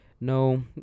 No